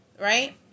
right